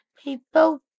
people